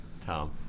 tom